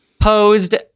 posed